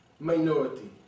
minority